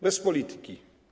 Bez polityki.